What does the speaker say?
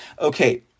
Okay